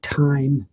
time